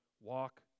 walk